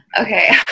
Okay